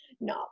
no